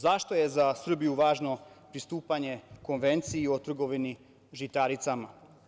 Zašto je za Srbiju važno pristupanju Konvenciji o trgovini žitaricama?